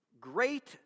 great